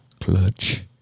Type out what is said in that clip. Clutch